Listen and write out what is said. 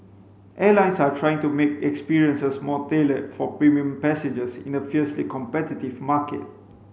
airlines are trying to make experiences more tailored for premium passengers in a fiercely competitive market